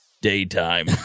Daytime